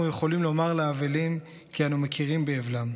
יכולים לומר לאבלים כי אנו מכירים באבלם.